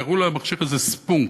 קראו למכשיר הזה "ספונק".